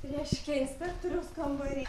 reiškia inspektoriaus kambary